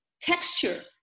texture